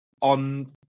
on